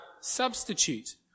substitute